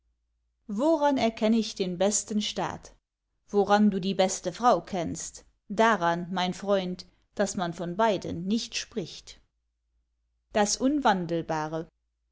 woran erkenn ich den besten staat woran du die beste frau kennst daran mein freund daß man von beiden nicht spricht das unwandelbare